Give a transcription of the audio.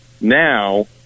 now